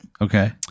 okay